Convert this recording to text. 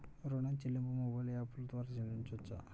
ఋణం చెల్లింపు మొబైల్ యాప్ల ద్వార చేయవచ్చా?